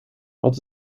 wat